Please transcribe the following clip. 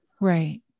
Right